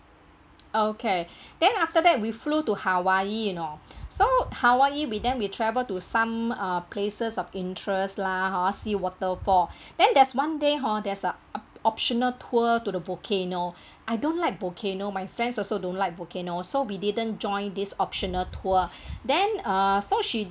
okay then after that we flew to hawaii you know so hawaii we then we travel to some uh places of interest lah hor see waterfall then there's one day hor there's uh op~ optional tour to the volcano I don't like volcano my friends also don't like volcano so we didn't join this optional tour then uh so she